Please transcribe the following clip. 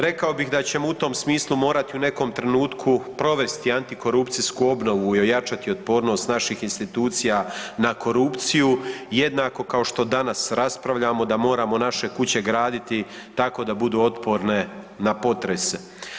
Rekao bih da ćemo u tom smislu morati u nekom trenutku provesti antikorupcijsku obnovu i ojačati otpornost naših institucija na korupciju jednako kao što danas raspravljamo da moramo naše kuće graditi tako da budu otporne na potrese.